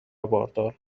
باردار